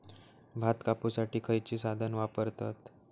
भात कापुसाठी खैयचो साधन वापरतत?